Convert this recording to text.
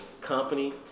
company